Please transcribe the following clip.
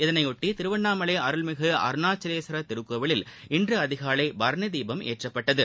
இதனையொட்டிதிருவண்ணாமலைஅருள்மிகுஅருணாச்சலேஸ்வரர் திருக்கோவிலில் இன்றுஅதிகாலைபரணிதீபம் ஏற்றப்பட்டது